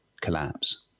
collapse